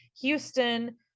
Houston